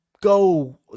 go